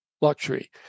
luxury